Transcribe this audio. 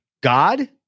God